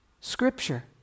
scripture